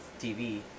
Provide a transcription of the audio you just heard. TV